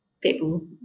people